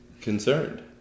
concerned